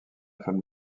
femme